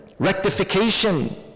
rectification